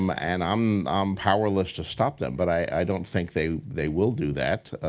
um ah and i'm powerless to stop them, but i don't think they they will do that.